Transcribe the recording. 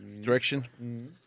direction